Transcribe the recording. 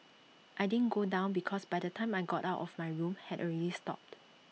I didn't go down because by the time I got out of my room had already stopped